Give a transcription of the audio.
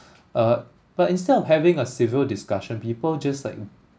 uh but instead of having a civil discussion people just like